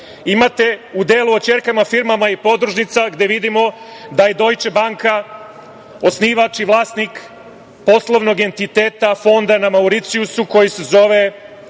u delu o ćerkama firmama i podružnicama vidimo da je „Dojče banka“ osnivač i vlasnik poslovnog entiteta, fonda na Mauricijusu koji se zove